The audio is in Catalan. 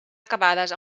acabades